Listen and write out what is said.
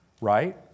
Right